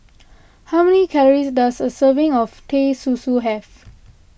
how many calories does a serving of Teh Susu have